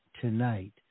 tonight